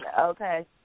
Okay